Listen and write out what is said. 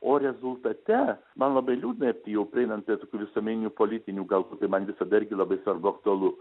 o rezultate man labai liūdna ir jau prieinant prie tokių visuomeninių politinių galbūt tai man visada irgi labai svarbu aktualu